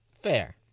Fair